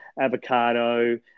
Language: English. avocado